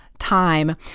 time